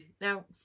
Now